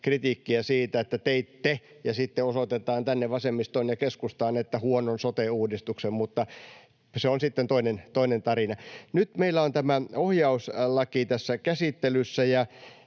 kritiikkiä siitä, että teitte — ja sitten osoitetaan tänne vasemmistoon ja keskustaan — huonon sote-uudistuksen. Mutta se on sitten toinen tarina. Nyt meillä on tämä ohjauslaki tässä käsittelyssä,